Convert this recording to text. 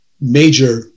major